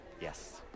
Yes